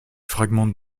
fragments